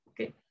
Okay